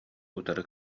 утары